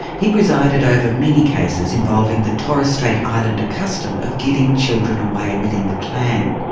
he presided over many cases involving the torres strait islander custom of giving children away within the clan.